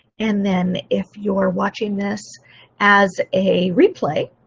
and then if you are watching this as a replay,